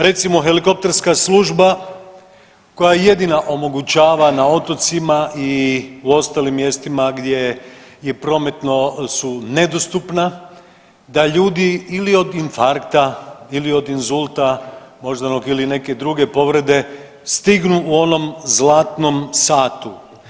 Recimo helikopterska služba koja jedina omogućava na otocima i u ostalim mjestima gdje je prometno su nedostupna, da ljudi ili od infarkta ili od inzulta moždanog ili neke druge povrede stignu u onom zlatnom satu.